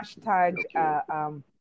hashtag